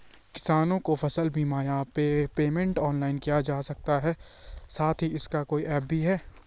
किसानों को फसल बीमा या पेमेंट ऑनलाइन किया जा सकता है साथ ही इसका कोई ऐप भी है?